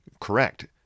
Correct